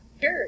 Sure